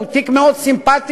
הוא תיק מאוד סימפתי.